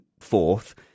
fourth